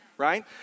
right